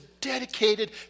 dedicated